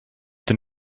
den